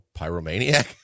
pyromaniac